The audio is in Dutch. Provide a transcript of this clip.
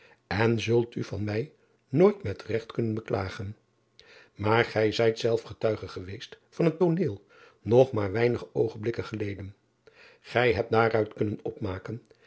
en zult u van mij noit met regt kunnen beklagen maar gij zijt zelf getuige geweest van het tooneel nog maar weinige oogenblikken geleden ij hebt daaruit kunnen opmaken